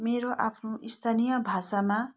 मेरो आफ्नो स्थानीय भाषामा